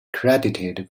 credited